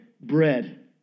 bread